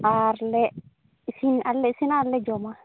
ᱟᱨᱞᱮ ᱤᱥᱤᱱ ᱤᱥᱤᱱᱟ ᱟᱨᱞᱮ ᱡᱚᱢᱟ